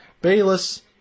Bayless